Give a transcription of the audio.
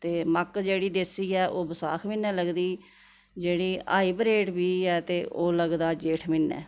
ते मक्क जेह्ड़ी देसी ऐ ओह् बसाख म्हीनै लगदी जेह्ड़ी हाईब्रेड बीऽ ऐ ते ओह् लगदा जेठ म्हीनै